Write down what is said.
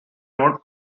node